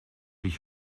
ich